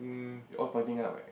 they all pointing up right